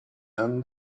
and